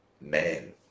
man